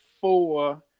four